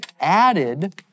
added